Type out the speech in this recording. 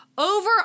Over